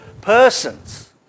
persons